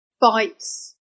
bites